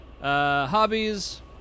hobbies